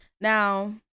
Now